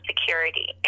security